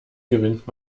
gewinnt